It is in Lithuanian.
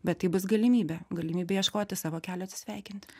bet tai bus galimybė galimybė ieškoti savo kelio atsisveikinti